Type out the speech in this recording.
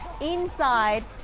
inside